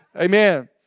Amen